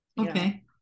Okay